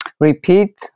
repeat